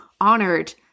honored